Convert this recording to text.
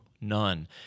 none